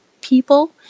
people